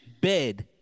bed